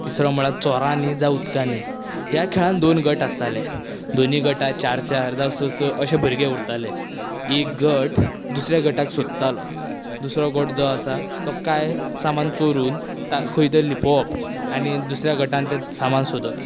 तिसरो म्हणल्यार चोरांनी जावं उदकांनी ह्या खेळांत दोन गट आसताले दोनूय गटांत चार चार जांव स स अशे भुरगे उरताले एक गट दुसऱ्या गटाक सोदतालो दुसरो गट जो आसा तो काय सामान चोरून ता खंय तरी लिपोवप आनी दुसऱ्या गटान तें सामान सोदप